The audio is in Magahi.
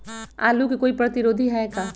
आलू के कोई प्रतिरोधी है का?